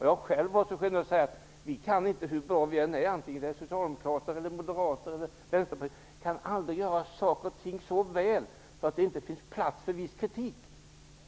Jag är själv så generös att jag brukar säga att hur bra vi än är -- vare sig det gäller socialdemokrater, moderater eller vänsterpartister -- kan vi aldrig göra saker och ting så väl att det inte finns plats för viss kritik.